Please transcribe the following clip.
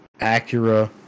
Acura